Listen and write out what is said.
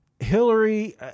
Hillary